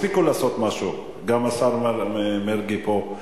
הספיקו לעשות משהו, גם השר מרגי פה.